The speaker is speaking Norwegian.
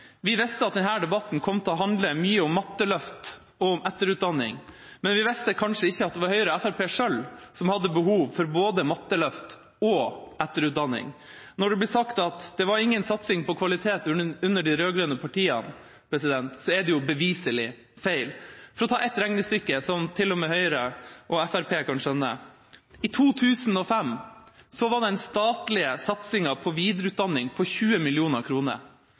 Vi visste at denne debatten kom til å handle mye om matteløft og om etterutdanning, men vi visste kanskje ikke at det var Høyre og Fremskrittspartiet selv som hadde behov for både matteløft og etterutdanning. Da det ble sagt at det var ingen satsing på kvalitet under de rød-grønne partiene, er det beviselig feil. For å ta ett regnestykke som til og med Høyre og Fremskrittspartiet kan skjønne: I 2005 var den statlige satsinga på videreutdanning på 20